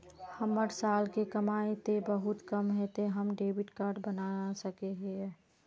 हमर साल के कमाई ते बहुत कम है ते हम डेबिट कार्ड बना सके हिये?